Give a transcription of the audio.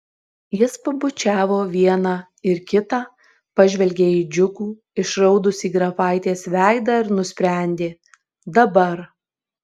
jis pabučiavo vieną ir kitą pažvelgė į džiugų išraudusį grafaitės veidą ir nusprendė dabar